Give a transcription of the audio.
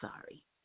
sorry